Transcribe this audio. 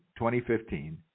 2015